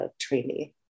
trainee